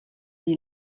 die